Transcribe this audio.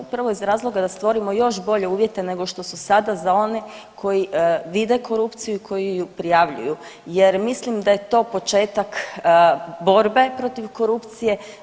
Upravo iz razloga da stvorimo još bolje uvjete nego što su sada za one koji vide korupciju i koji ju prijavljuju jer mislim da je to početak borbe protiv korupcije.